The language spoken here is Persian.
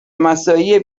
مساعی